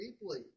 deeply